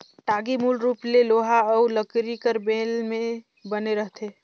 टागी मूल रूप ले लोहा अउ लकरी कर मेल मे बने रहथे